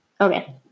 Okay